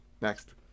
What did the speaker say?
Next